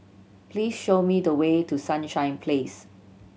please show me the way to Sunshine Place